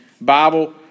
Bible